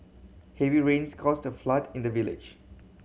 heavy rains caused a flood in the village